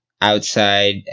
outside